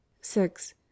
six